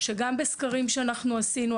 שגם בסקרים שאנחנו עשינו,